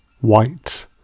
white